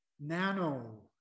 Nano